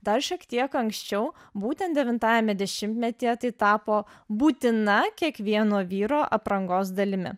dar šiek tiek anksčiau būtent devintajame dešimtmetyje tai tapo būtina kiekvieno vyro aprangos dalimi